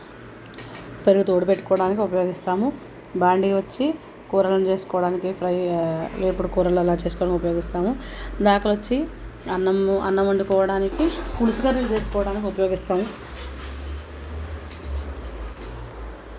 పెరుగు తోడు పెట్టుకోడానికి ఉపయోగిస్తాము బాణలి వచ్చి కూరలను చేసుకోవడానికి ఫ్రై వేపుడు కూరలు అలా చేసుకోవడానికి ఉపయోగిస్తాము దానికి వచ్చి అన్నము అన్నం వండుకోవడానికి పులుసు కర్రీలు చేసుకోవడానికి ఉపయోగిస్తాము